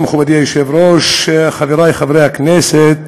תודה, מכובדי היושב-ראש, חבריי חברי הכנסת,